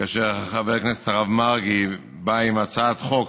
כאשר חבר הכנסת הרב מרגי בא עם הצעת חוק